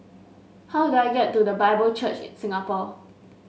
how do I get to The Bible Church in Singapore